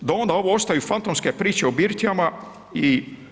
Do onda ovo ostaju fantomske priče o birtijama itd.